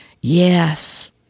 Yes